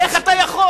איך אתה יכול?